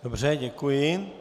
Dobře, děkuji.